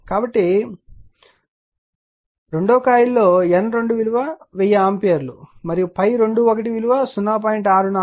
కాబట్టి రెండవ కాయిల్లో N2 విలువ 1000 ఆంపియర్ మరియు ∅21 విలువ 0